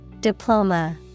Diploma